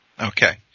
Okay